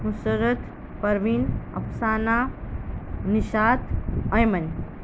Nusrat Parveen Afsana Nishat Aiman